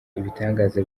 ibitangaza